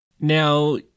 Now